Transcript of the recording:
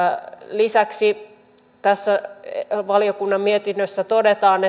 lisäksi tässä valiokunnan mietinnössä todetaan